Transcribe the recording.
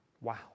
wow